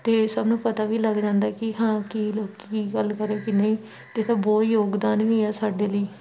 ਅਤੇ ਸਭ ਨੂੰ ਪਤਾ ਵੀ ਲੱਗ ਜਾਂਦਾ ਕਿ ਹਾਂ ਕਿ ਲੋਕ ਕੀ ਗੱਲ ਕਰ ਰਹੇ ਕੀ ਨਹੀਂ ਅਤੇ ਇਹਦਾ ਬਹੁਤ ਯੋਗਦਾਨ ਵੀ ਆ ਸਾਡੇ ਲਈ